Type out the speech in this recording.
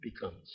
becomes